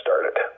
started